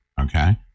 okay